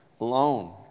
alone